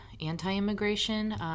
anti-immigration